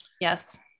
Yes